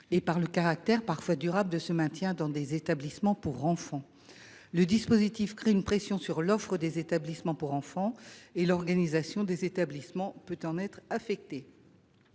et par le caractère parfois durable de ce maintien dans les établissements pour enfants. Le dispositif crée une pression sur l’offre des établissements pour enfants, dont l’organisation peut alors être affectée.